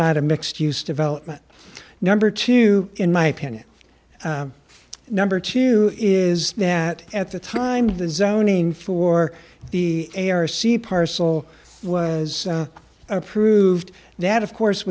not a mixed use development number two in my opinion number two is that at the time the zoning for the air sea parcel was approved that of course